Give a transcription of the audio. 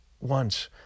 Once